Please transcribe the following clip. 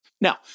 Now